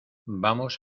vamos